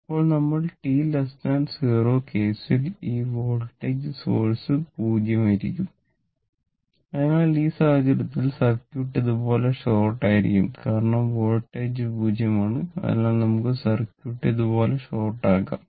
ഇപ്പോൾ നമ്മൾ t0 കേസിൽ ഈ വോൾട്ടേജ് സോഴ്സ് 0 ആയിരിക്കും അതിനാൽ ഈ സാഹചര്യത്തിൽ സർക്യൂട്ട് ഇതുപോലെ ഷോർട്ട് ആയിരിക്കും കാരണം വോൾട്ടേജ് 0 ആണ് അതിനാൽ നമുക്ക് സർക്യൂട്ട് ഇതുപോലെ ഷോർട്ട് ആക്കാം